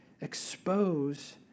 expose